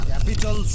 Capital